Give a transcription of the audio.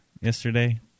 yesterday